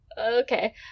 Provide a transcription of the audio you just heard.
okay